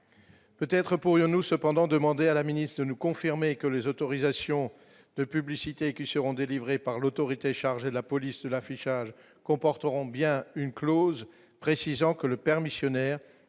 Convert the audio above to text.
peut-être pourrions-nous cependant demandé à la ministre de nous confirmer que les autorisations de publicité qui seront délivrées par l'autorité chargée de la police de l'affichage comporteront bien une clause précisant que le père missionnaire